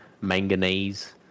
manganese